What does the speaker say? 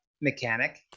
mechanic